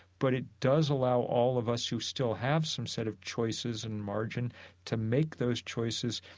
but it does allow all of us who still have some set of choices and margin to make those choices,